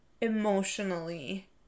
emotionally